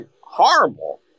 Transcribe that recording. horrible